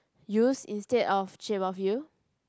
use instead of shape of you